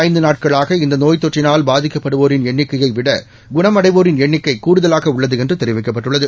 ஐந்து நாட்களாக இந்த நோய் தொற்றினால் பாதிக்கப்படுவோரின் எண்ணிக்கையைவிட கடந்த குணமடைவோரின் எண்ணிக்கை கூடுதலாக உள்ளது என்று தெரிவிக்கப்பட்டுள்ளது